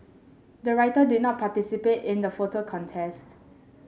the writer did not participate in the photo contest